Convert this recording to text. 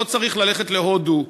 לא צריך ללכת להודו,